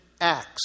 Acts